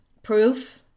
Proof